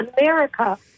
America